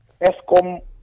ESCOM